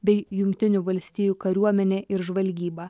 bei jungtinių valstijų kariuomenė ir žvalgyba